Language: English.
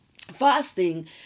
Fasting